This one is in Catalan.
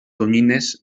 tonyines